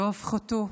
שהופחתו.